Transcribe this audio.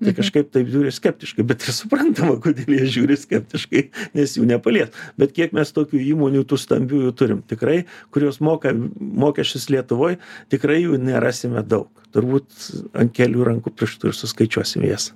tai kažkaip taip žiūri skeptiškai bet ir suprantama kodėl jie žiūri skeptiškai nes jų nepalies bet kiek mes tokių įmonių tų stambiųjų turim tikrai kurios moka mokesčius lietuvoj tikrai jų nerasime daug turbūt ant kelių rankų pirštų ir suskaičiuosim jas